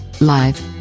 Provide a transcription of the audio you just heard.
live